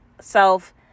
self